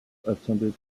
attended